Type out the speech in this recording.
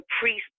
priest